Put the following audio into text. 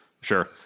Sure